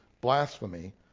blasphemy